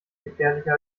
gefährlicher